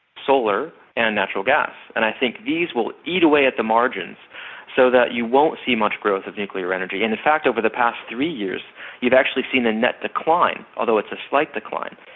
solar, and natural gas, and i think these will eat away at the margins so that you won't see much growth of nuclear energy, and in fact over the past three years you've actually seen a nett decline, although it's a slight decline,